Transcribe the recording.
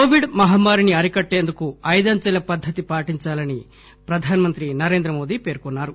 Covid మహమ్మారిని అరికట్టేందుకు ఐదంచెల పద్గతి పాటించాలని ప్రధానమంత్రి నరేంద్ర మోదీ పేర్కొన్నారు